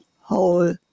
whole